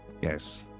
Yes